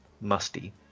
musty